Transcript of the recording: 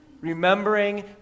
Remembering